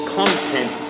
content